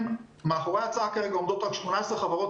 מאחורי ההצעה עומדות כרגע רק 18 חברות